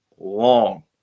Long